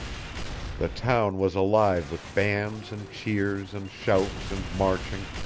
the town was alive with bands and cheers and shouts and marching